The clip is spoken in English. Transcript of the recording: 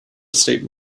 estate